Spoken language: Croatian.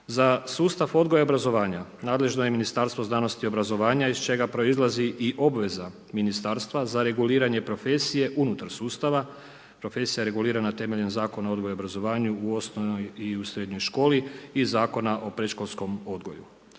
Za sustav odgoja i obrazovanja nadležno je Ministarstvo znanosti i obrazovanja iz čega proizlazi i obveza ministarstva za reguliranje profesije unutar sustava. Profesija je regulirana temeljem Zakona o odgoju i obrazovanju u osnovnoj i u srednjoj školi i Zakona o predškolskom odgoju.